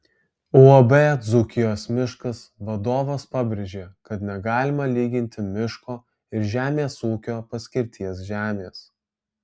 uab dzūkijos miškas vadovas pabrėžė kad negalima lyginti miško ir žemės ūkio paskirties žemės